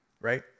right